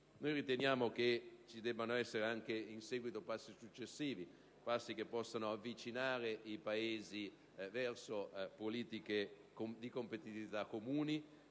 Riteniamo che ci debbano essere anche in seguito passi successivi che possano avvicinare i Paesi verso politiche di competitività e